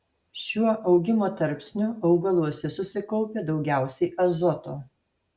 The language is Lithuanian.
šiuo augimo tarpsniu augaluose susikaupia daugiausiai azoto